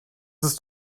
ist